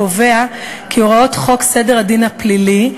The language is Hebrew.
קובע כי הוראות חוק סדר הדין הפלילי,